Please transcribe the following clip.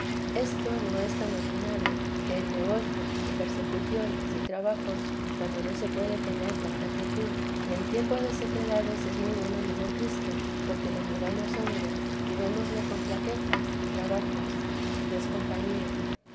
esto no es tan ordinario que en negocios y persecuciones y trabajos cuando no se puede tener tanta quietud y en tiempo de vida be la santa madre sequedades es muy buen amigo cristo porque le miramos hcmbre y vérnosle con flaquezas y trabajos y es compañía